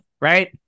Right